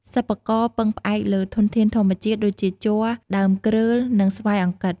សិប្បករពឹងផ្អែកលើធនធានធម្មជាតិ ដូចជាជ័រ ដើមគ្រើល និង ស្វាយអង្គិត។